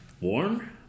warm